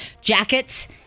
jackets